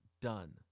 done